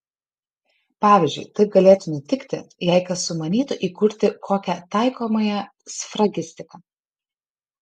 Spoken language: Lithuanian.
pavyzdžiui taip galėtų nutikti jei kas sumanytų įkurti kokią taikomąją sfragistiką